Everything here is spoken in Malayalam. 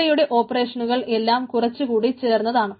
ഇവിടെയുള്ള ഓപ്പറേഷനുകൾ എല്ലാം കുറച്ചു കൂടി ചേർന്നതാണ്